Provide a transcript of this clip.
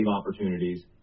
opportunities